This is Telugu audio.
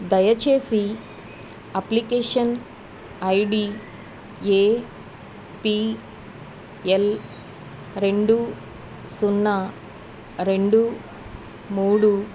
దయచేసి application ID A P L రెండూ సున్నా రెండూ మూడు